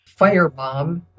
firebomb